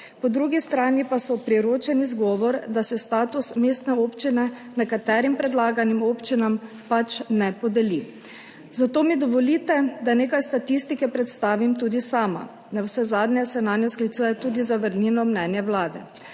Po drugi strani pa so priročen izgovor, da se status mestne občine nekaterim predlaganim občinam pač ne podeli, zato mi dovolite, da nekaj statistike predstavim tudi sama. Navsezadnje se nanjo sklicuje tudi zavrnilno mnenje vlade,